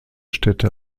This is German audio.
städte